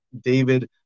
david